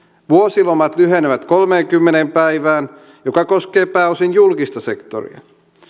vuosilomat lyhenevät kolmeenkymmeneen päivään mikä koskee pääosin julkista sektoria